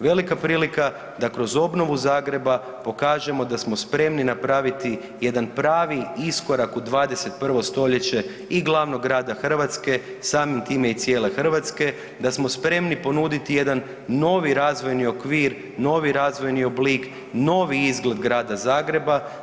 Velika prilika da kroz obnovu Zagreba pokažemo da smo spremni napraviti jedan pravi iskorak u 21. stoljeće i glavnog grada Hrvatske, samim time i cijele Hrvatske, da smo spremni ponuditi jedan novi razvojni okvir, novi razvojni oblik, novi izgled Grada Zagreba.